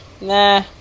Nah